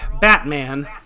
batman